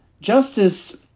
justice